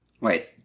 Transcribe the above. Wait